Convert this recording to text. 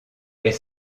est